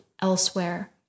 elsewhere